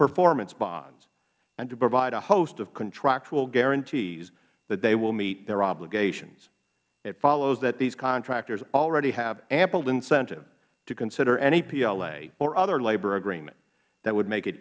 performance bonds and to provide a host of contractual guarantees that they will meet their obligations it follows that these contractors already have ample incentive to consider any pla or other labor agreement that would make it